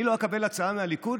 אני לא אקבל הצעה מהליכוד?